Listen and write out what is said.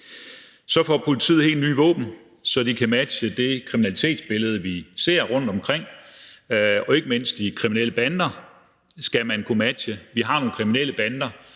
Så får politiet helt nye våben, så de kan matche det kriminalitetsbillede, vi ser rundtomkring, og ikke mindst de kriminelle bander skal man kunne matche. Vi har nogle kriminelle bander,